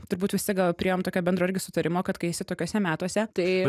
turbūt visi gal priėjom tokio bendro irgi sutarimo kad kai esi tokiuose metuose tai